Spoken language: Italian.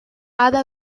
ada